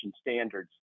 standards